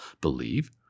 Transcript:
believe